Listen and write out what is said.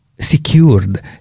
Secured